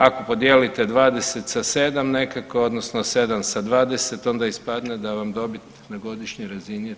Ako podijelite 20 sa 7 nekako, odnosno 7 sa 20 onda ispadne da vam dobit na godišnjoj razini je 35%